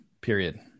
period